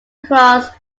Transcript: across